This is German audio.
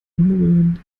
umrühren